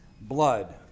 blood